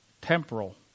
temporal